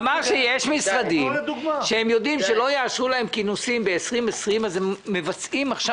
שיודעים שלא יאשרו להם כינוסים ב-2020 אז הם מבצעים עכשיו